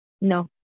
No